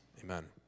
Amen